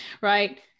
Right